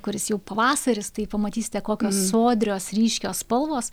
kuris jau pavasaris tai pamatysite kokios sodrios ryškios spalvos